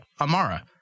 Amara